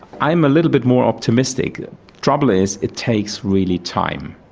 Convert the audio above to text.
i'm a little bit more optimistic trouble is, it takes really time.